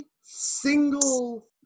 single